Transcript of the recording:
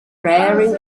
rearing